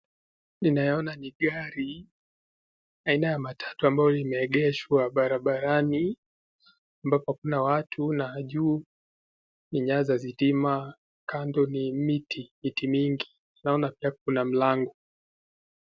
Ninaona gari aina ya matatu ambayo imeegeshwa barabarani ambapo Kuna watu na juu ni nyaya za stima, kando ni miti mingi naona pia Kuna mlango.